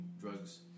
drugs